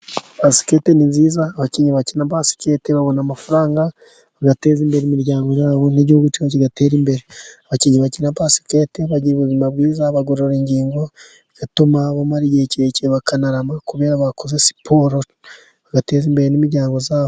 Basikete ni nziza, abakinnyi bakina basikete babona amafaranga bagateza imbere imiryango yabo n'igihugu cyacu kigatera imbere. Abakinnyi bakina basikete bagira ubuzima bwiza bagorora ingingo bigatuma bamara igihe kirekire bakanarama, kuberako bakoze siporo bagateza imbere n'imiryango yabo.